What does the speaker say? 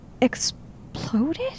exploded